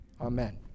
Amen